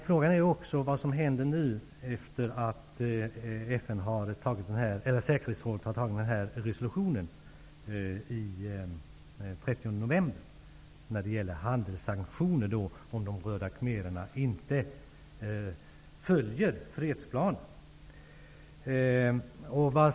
Frågan är också vad som händer nu, efter att säkerhetsrådet den 30 november antagit resolutionen om handelssanktioner, om de röda khmererna inte följer fredsplanen.